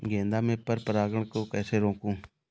गेंदा में पर परागन को कैसे रोकुं?